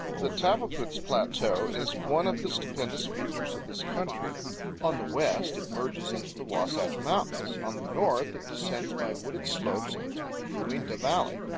the tavaputs plateau is one of the stupendous features of this country on the west it merges into the wasatch mountains on the north it descends by wooded slopes into the uinta valley.